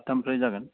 सात्तानिफ्राय जागोन